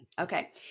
okay